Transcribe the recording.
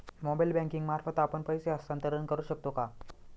Mobile banking मार्फत आपण पैसे हस्तांतरण करू शकतो का?